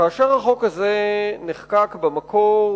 כאשר החוק הזה נחקק במקור,